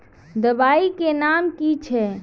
दबाई के नाम की छिए?